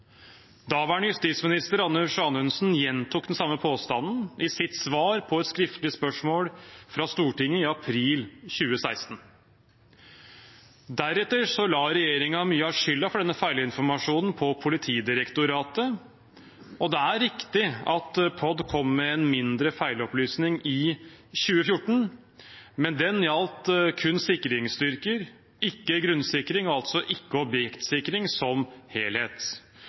Daværende justisminister Anders Anundsen gjentok den samme påstanden i sitt svar på et skriftlig spørsmål fra Stortinget i april 2016. Deretter la regjeringen mye av skylden for denne feilinformasjonen på Politidirektoratet. Og det er riktig at POD kom med en mindre feilopplysning i 2014, men den gjaldt kun sikringsstyrker, ikke grunnsikring og altså ikke objektsikring som helhet.